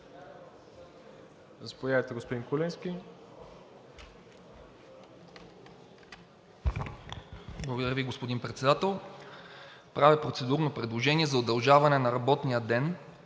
Благодаря Ви, господин Председател. Правя процедурно предложение за удължаване на работния ден